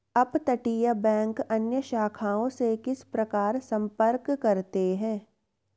अपतटीय बैंक अन्य शाखाओं से किस प्रकार संपर्क करते हैं?